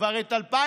כבר את 2019,